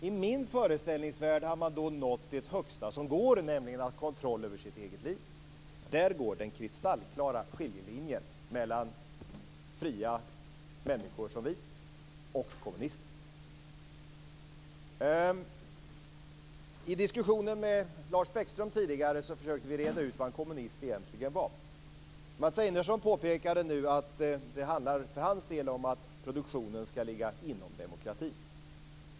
I min föreställningsvärld har de nått det högsta målet, nämligen att få kontroll över sitt eget liv. Där går den kristallklara skiljelinjen mellan fria människor som vi och kommunister. I den tidigare diskussionen med Lars Bäckström försökte vi reda ut vad en kommunist egentligen är. Mats Einarsson påpekar nu att det för hans del handlar om att produktionen skall ligga inom demokratin.